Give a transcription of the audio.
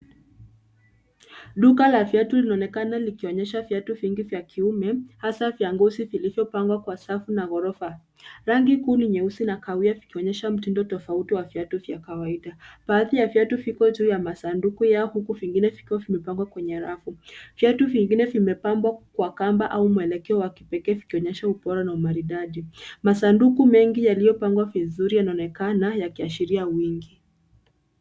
Duka la viatu linaonekana likionyesha viatu vingi vya kiume hasa vya ngozi vilivyopangwa kwa safu na ghorofa. Rangi kuu ni nyeusi na kahawia vikionyesha mtindo tofauti wa viatu vya kawaida. Baadhi ya viatu viko juu ya masanduku yao huku vingine vikiwa vimepangwa kwenye rafu. Viatu vingine vimepambwa kwa kamba au mwelekeo wa kipekee vikionyesha ubora na umaridadi. Masanduku mengi yaliyopangwa vizuri yanaonekana yakiashiria wingi.